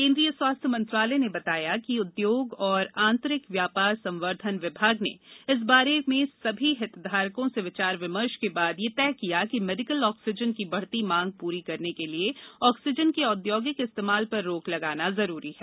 केन्द्रीय स्वास्थ्य मंत्रालय ने बताया कि उद्योग और आंतरिक व्यापार संवर्द्धन विभाग ने इस बारे में सभी हितधारकों से विचार विमर्श के बाद यह तय किया कि मेडिकल ऑक्सीजन की बढ़ती मांग पूरी करने के लिए ऑक्सीजन के औद्योगिक इस्तेमाल पर रोक लगाना जरूरी है